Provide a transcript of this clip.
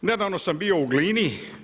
Nedavno sam bio u Glini.